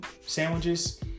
sandwiches